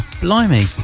blimey